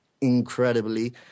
incredibly